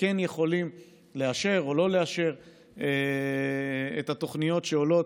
יכולים כן לאשר או לא לאשר את התוכניות שעולות.